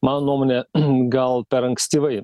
mano nuomone gal per ankstyvai